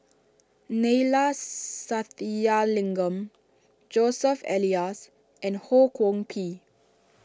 Neila Sathyalingam Joseph Elias and Ho Kwon Ping